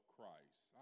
Christ